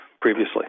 previously